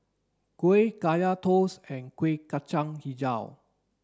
Kuih Kaya toast and Kueh Kacang Hijau